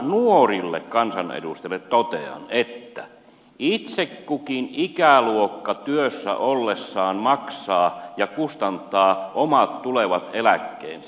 nuorille kansanedustajille totean että itse kukin ikäluokka työssä ollessaan maksaa ja kustantaa omat tulevat eläkkeensä